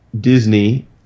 Disney